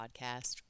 podcast